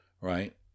right